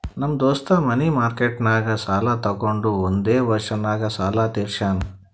ನಮ್ ದೋಸ್ತ ಮನಿ ಮಾರ್ಕೆಟ್ನಾಗ್ ಸಾಲ ತೊಗೊಂಡು ಒಂದೇ ವರ್ಷ ನಾಗ್ ಸಾಲ ತೀರ್ಶ್ಯಾನ್